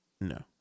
no